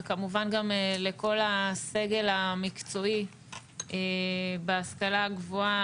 וכמובן גם לכל הסגל המקצועי בהשכלה הגבוהה,